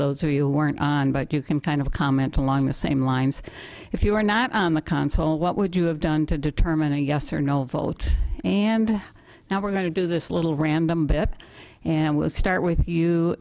those who you weren't on but you can kind of comment along the same lines if you were not on the console what would you have done to determine a yes or no vote and now we're going to do this little random bit and we'll start with you